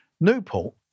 Newport